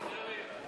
מיסוי מקרקעין (שבח ורכישה)